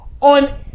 on